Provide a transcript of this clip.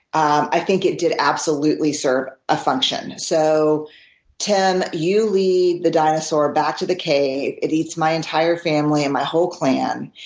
i think it did absolutely serve a function. so tim, you lead the dinosaur back to the cave, it eats my entire family and my whole clan.